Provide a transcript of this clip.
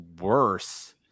worse